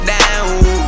down